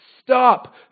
stop